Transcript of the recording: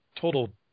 total